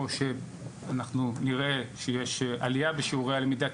או שאנחנו נראה שיש עלייה בשיעורי הלמידה,